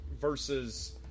versus